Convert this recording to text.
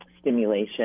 Stimulation